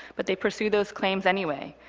but they pursue those claims anyway.